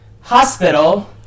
Hospital